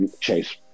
Chase